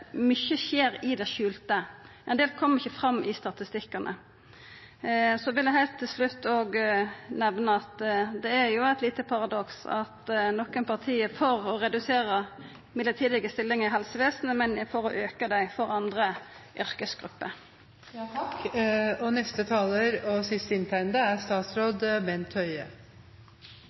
mykje skjer i det skjulte; ein del kjem ikkje fram i statistikkane. Så vil eg heilt til slutt òg nemna at det er eit lite paradoks at nokre parti er for å redusera mellombelse stillingar i helsevesenet, men for å auka dei for andre yrkesgrupper. Jeg er veldig glad for at også Stortinget er